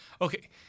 okay